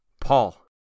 Paul